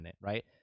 right